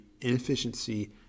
inefficiency